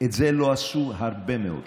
את זה לא עשו הרבה מאוד שנים.